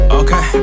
okay